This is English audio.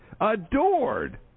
Adored